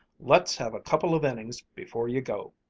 let's have a couple of innings before you go!